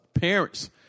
parents